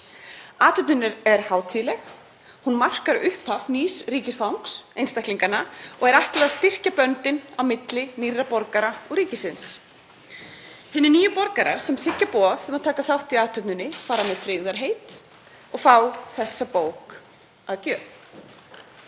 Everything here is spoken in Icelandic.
Athöfnin er hátíðleg. Hún markar upphaf nýs ríkisfangs einstaklinganna og er ætlað að styrkja böndin á milli nýrra borgara og ríkisins. Hinir nýju borgarar sem þiggja boð um að taka þátt í athöfninni fara með tryggðarheit og fá bók að gjöf.